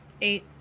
Eight